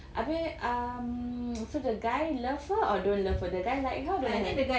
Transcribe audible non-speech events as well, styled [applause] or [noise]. habis um [noise] so the guy love her or don't love her the guy like her or don't like her